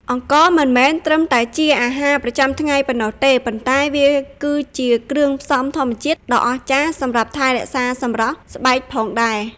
អង្ករមិនមែនត្រឹមតែជាអាហារប្រចាំថ្ងៃប៉ុណ្ណោះទេ ប៉ុន្តែវាក៏ជាគ្រឿងផ្សំធម្មជាតិដ៏អស្ចារ្យសម្រាប់ថែរក្សាសម្រស់ស្បែកផងដែរ។